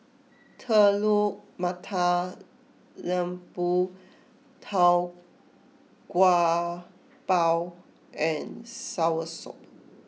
Telur Mata Lembu Tau Kwa Pau and Soursop